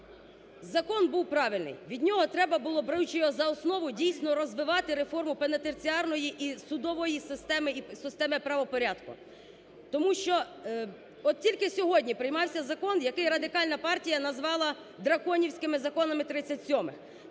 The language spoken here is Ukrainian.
Закон був правильний, від нього треба було, беручи його за основу, дійсно, розвивати реформу пенітенціарної і судової системи, і системи правопорядку. Тому що от тільки сьогодні приймався закон, який Радикальна партія назвала "драконівськими законами 37-х".